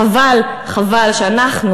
חבל, חבל שאנחנו